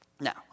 Now